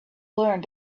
learned